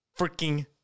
freaking